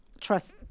Trust